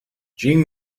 gene